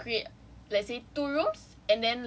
macam create let's say two rooms